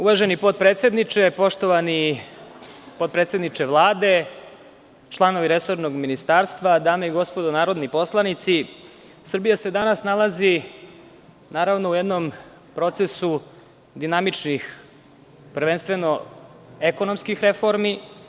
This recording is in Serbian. Uvaženi potpredsedniče, poštovani potpredsedniče Vlade, članovi resornog ministarstva, dame i gospodo narodni poslanici, Srbija se danas nalazi naravno u jednom procesu dinamičnih, prvenstveno, ekonomskih reformi.